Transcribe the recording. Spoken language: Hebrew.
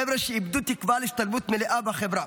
חבר'ה שאיבדו תקווה להשתלבות מלאה בחברה